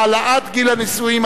העלאת גיל הנישואין),